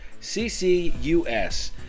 CCUS